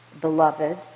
beloved